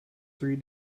three